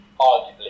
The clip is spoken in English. arguably